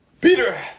Peter